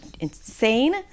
Insane